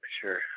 Sure